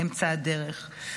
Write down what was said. באמצע הדרך,